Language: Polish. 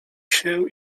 się